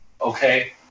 Okay